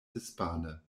hispane